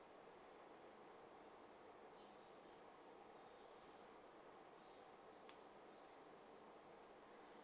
okay